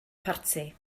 parti